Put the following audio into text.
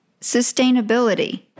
sustainability